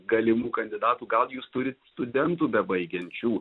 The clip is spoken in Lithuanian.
galimų kandidatų gal jūs turit studentų bebaigiančių